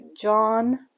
John